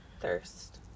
Thirst